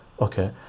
okay